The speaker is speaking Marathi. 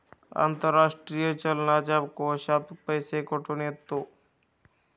आंतरराष्ट्रीय चलनाच्या कोशात पैसा कुठून येतो?